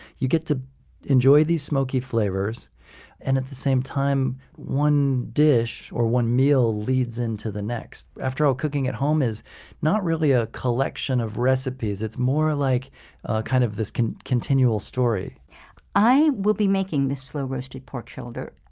you get to enjoy these smoky flavors and at the same time, one dish or one meal leads into the next. after all, cooking at home is not really a collection of recipes, it's more like kind of this continual story i will be making this slow-roasted pork shoulder,